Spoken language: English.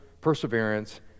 perseverance